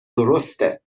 درسته